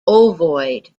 ovoid